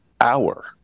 hour